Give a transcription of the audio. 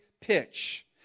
pitch